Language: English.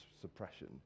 suppression